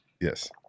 Yes